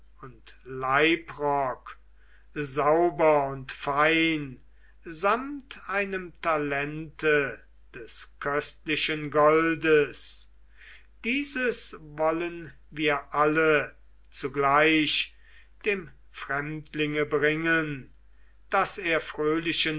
und leibrock sauber und fein samt einem talente des köstlichen goldes dieses wollen wir alle zugleich dem fremdlinge bringen daß er fröhlichen